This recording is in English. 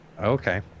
Okay